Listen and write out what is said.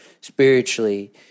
spiritually